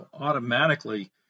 automatically